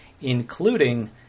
including